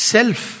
Self